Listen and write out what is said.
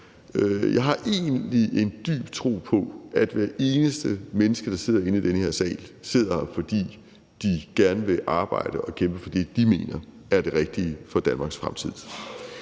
Jeg har egentlig en dyb tro på, at hvert eneste menneske, der sidder herinde i den her sal, sidder her, fordi man gerne vil arbejde og gerne vil kæmpe for det, man mener er det rigtige for Danmarks fremtid.